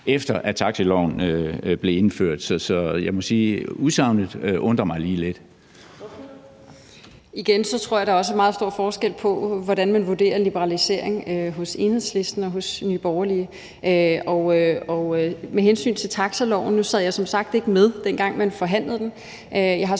efter at taxiloven blev indført. Så jeg må sige, at udsagnet lige undrer mig lidt.